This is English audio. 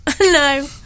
no